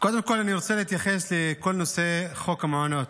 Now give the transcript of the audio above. קודם כול אני רוצה להתייחס לכל נושא חוק המעונות.